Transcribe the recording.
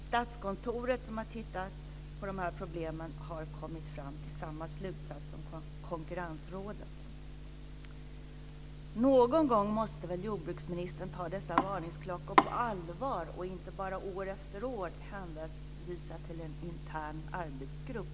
Statskontoret, som har tittat på dessa problem, har kommit fram till samma slutsats som Konkurrensrådet. Någon gång måste väl jordbruksministern ta dessa varningsklockor på allvar och inte bara år efter år hänvisa till en intern arbetsgrupp.